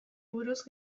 buruz